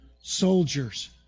soldiers